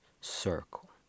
circle